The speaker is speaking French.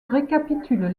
récapitule